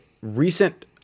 recent